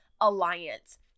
alliance